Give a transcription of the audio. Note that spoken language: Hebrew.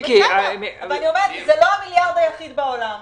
זה לא המיליארד היחיד בעולם.